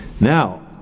Now